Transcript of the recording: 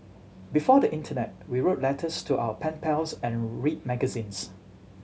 before the internet we wrote letters to our pen pals and read magazines